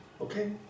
Okay